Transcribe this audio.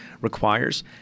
requires